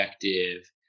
effective